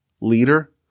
leader